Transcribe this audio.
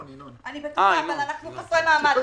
אני בטוחה, אבל אנחנו חסרי מעמד.